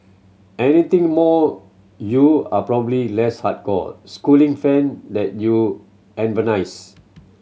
anything more you are probably less hardcore Schooling fan than you